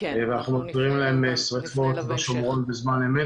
ואנחנו מודיעים להם על שריפות בשומרון בזמן אמת